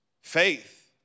Faith